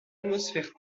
atmosphère